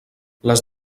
les